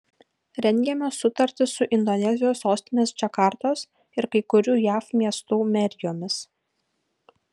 rengiamos sutartys su indonezijos sostinės džakartos ir kai kurių jav miestų merijomis